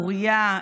אוריה,